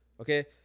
okay